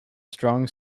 strong